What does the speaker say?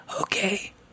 okay